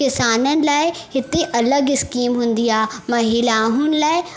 किसाननि लाइ हिते अलॻि स्कीम हूंदी आहे महिलाउनि लाइ